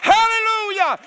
Hallelujah